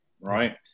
Right